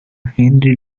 henry